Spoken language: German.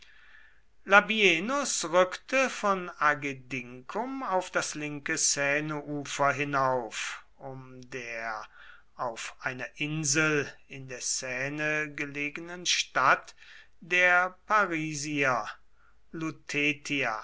labienus rückte von agedincum aus das linke seineufer hinauf um der auf einer insel in der seine gelegenen stadt der parisier